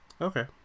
okay